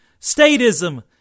statism